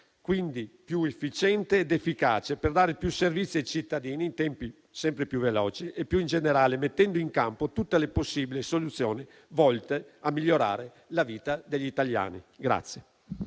quindi più efficiente ed efficace, e per dare più servizi ai cittadini in tempi sempre più veloci e, più in generale, mettendo in campo tutte le possibili soluzioni volte a migliorare la vita degli italiani.